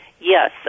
yes